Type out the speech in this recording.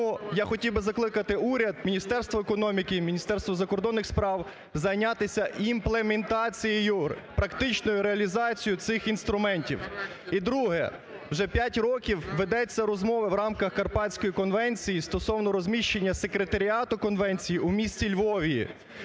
Тому я хотів би закликати уряд, Міністерство економіки, Міністерство закордонних справ зайнятися імплементацією, практичною реалізацією цих інструментів. І друге. Вже 5 років ведуться розмова в рамках Карпатської конвенції стосовно розміщення секретаріату конвенції у місті Львові.